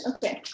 Okay